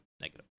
negative